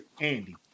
Andy